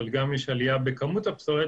אבל יש גם עלייה בכמות הפסולת,